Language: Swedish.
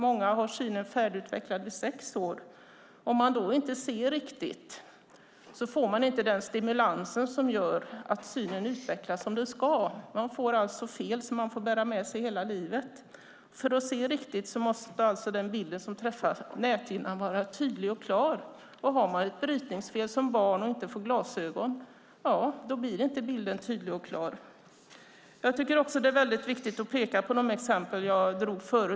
Många har synen färdigutvecklad vid sex års ålder. Om man inte ser riktigt får man inte den stimulans som gör att synen utvecklas som den ska. Man får alltså fel som man får bära med sig hela livet. För att se riktigt måste den bild som träffar näthinnan vara tydlig och klar. Har man ett brytningsfel som barn och inte får glasögon blir inte bilden tydlig och klar. Jag tycker också att det är viktigt att peka på de exempel som jag drog förut.